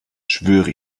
schwöre